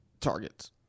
targets